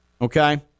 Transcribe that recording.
Okay